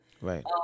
Right